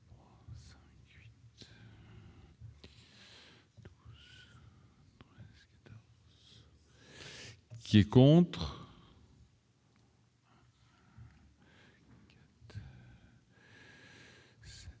Qui est contre.